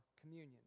communion